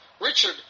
Richard